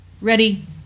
Ready